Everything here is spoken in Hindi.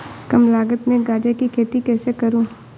कम लागत में गाजर की खेती कैसे करूँ?